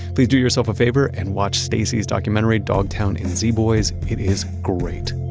please do yourself a favor and watch stacy's documentary dogtown and z boys. it is great